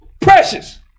Precious